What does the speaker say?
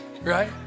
Right